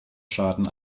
schaden